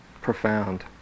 profound